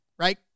right